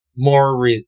more